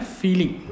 feeling